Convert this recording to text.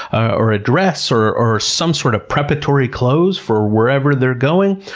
ah or a dress, or or some sort of preparatory clothes for wherever they're going.